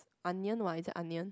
union one is union